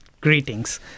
greetings